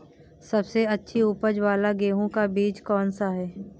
सबसे अच्छी उपज वाला गेहूँ का बीज कौन सा है?